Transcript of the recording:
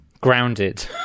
Grounded